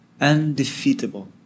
undefeatable